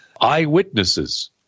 eyewitnesses